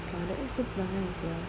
the ex so perangai sia